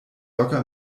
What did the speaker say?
locker